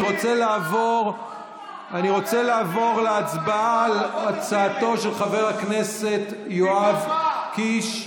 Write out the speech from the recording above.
אני רוצה לעבור להצבעה על הצעתו של חבר הכנסת יואב קיש.